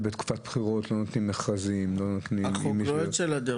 בקופת בחירות לא נותנים מכרזים --- החוק לא יוצא לדרך.